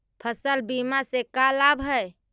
फसल बीमा से का लाभ है?